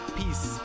peace